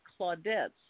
Claudette's